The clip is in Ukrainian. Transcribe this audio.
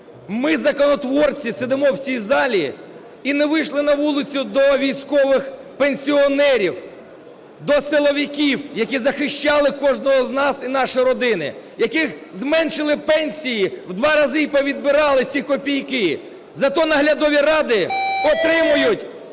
Ми, законотворці, сидимо в цій залі і не вийшли на вулицю до військових пенсіонерів, до силовиків, які захищали кожного з нас і наші родини, яким зменшили пенсії в два рази і повідбирали ці копійки, зате наглядові ради отримують